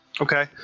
okay